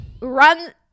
Run